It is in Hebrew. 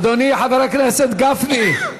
אדוני, חבר הכנסת גפני,